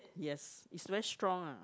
yes is very strong ah